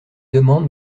demande